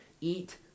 Eat